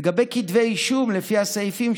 לגבי כתבי אישום לפי הסעיפים,